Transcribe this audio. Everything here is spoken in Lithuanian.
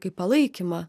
kaip palaikymą